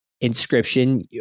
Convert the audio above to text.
inscription